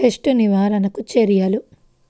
Pest నివారణకు చర్యలు?